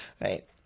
right